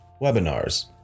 webinars